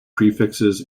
prefixes